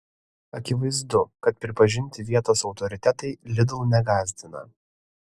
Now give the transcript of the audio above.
akivaizdu kad pripažinti vietos autoritetai lidl negąsdina